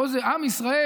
פה זה עם ישראל,